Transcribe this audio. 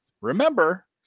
remember